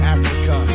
Africa